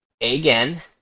again